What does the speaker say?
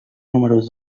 número